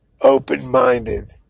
open-minded